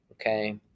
okay